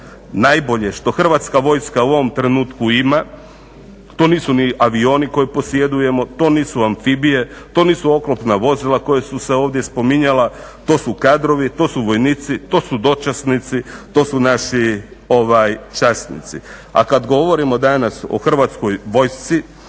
najbolje što Hrvatska vojska u ovom trenutku ima, to nisu ni avioni koje posjedujemo, to nisu amfibije, to nisu oklopna vozila koja su se ovdje spominjala, to su kadrovi, to su vojnici, to su dočasnici, to su naši časnici. A kada govorimo danas o Hrvatskoj vojsci,